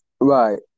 Right